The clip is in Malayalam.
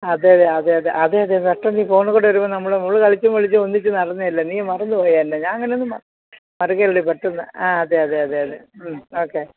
അതെതെ അതെ അതെ അതെ അതെ നീ ഫോണ്കൂടെ വരുമ്പോൾ നമ്മൾ നമ്മൾ കളിച്ചും ഒന്നിച്ച് നടന്നതല്ല നീ മറന്നു പോയല്ലേ ഞാൻ അങ്ങനൊന്നും മറക്കുകേല പെട്ടെന്ന് ആ അതെ അതെ അതെ അതെ മ് ഓക്കെ